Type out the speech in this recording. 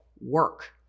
work